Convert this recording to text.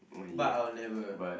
but I will never